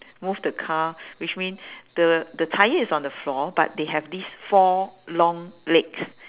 move the car which mean the the tyre is on the floor but they have these four long legs